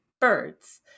birds